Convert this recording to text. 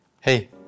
Hey